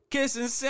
Kissing